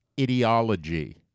ideology